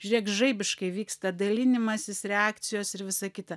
žiūrėk žaibiškai vyksta dalinimasis reakcijos ir visa kita